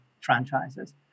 franchises